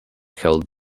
held